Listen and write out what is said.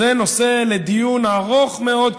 זה נושא לדיון ארוך מאוד,